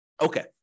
okay